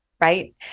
Right